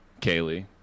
Kaylee